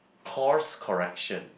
course correction